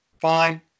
Fine